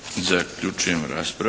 Zaključujem raspravu.